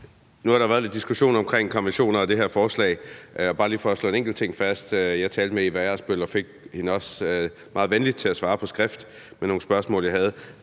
Nu har der været lidt diskussion omkring konventioner og det her forslag – og bare lige for at slå en enkelt ting fast: Jeg talte med Eva Ersbøll og fik hende også meget venligt til at svare på skrift på nogle spørgsmål, jeg havde.